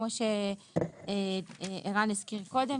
כמו שערן הזכיר קודם,